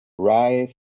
Rise